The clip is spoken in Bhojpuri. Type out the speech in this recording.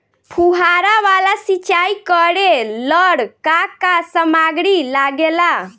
फ़ुहारा वाला सिचाई करे लर का का समाग्री लागे ला?